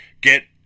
get